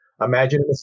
Imagine